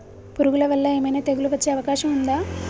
పురుగుల వల్ల ఏమైనా తెగులు వచ్చే అవకాశం ఉందా?